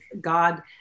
God